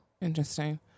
Interesting